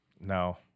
No